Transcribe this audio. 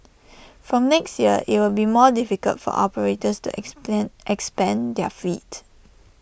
from next year IT will be more difficult for operators to explain expand their fleet